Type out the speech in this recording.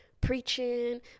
preaching